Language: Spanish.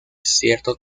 cierto